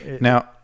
Now